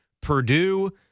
Purdue